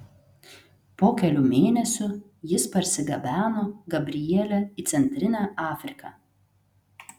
po kelių mėnesių jis parsigabeno gabrielę į centrinę afriką